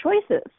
choices